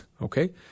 okay